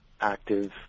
active